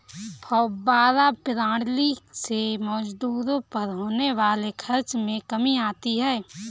फौव्वारा प्रणाली से मजदूरों पर होने वाले खर्च में कमी आती है